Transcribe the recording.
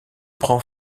prend